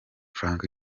frank